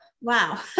Wow